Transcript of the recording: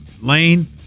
Lane